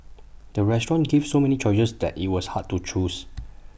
the restaurant gave so many choices that IT was hard to choose